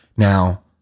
Now